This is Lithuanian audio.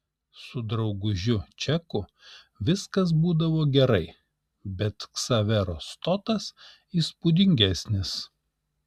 su draugužiu čeku viskas būdavo gerai bet ksavero stotas įspūdingesnis